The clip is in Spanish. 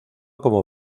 como